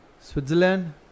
Switzerland